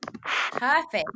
perfect